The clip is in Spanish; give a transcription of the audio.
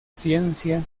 ciencia